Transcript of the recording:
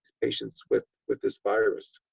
patients with with this virus.